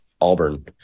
Auburn